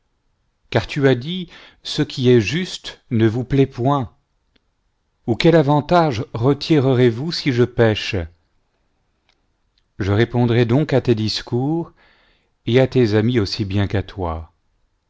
car tu as dit ce qui est juste ne vous plaît point ou quel avantage retirerez-vous si je pèche je répondrai donc à tes discours et à tes amis aussi bien qu'à toi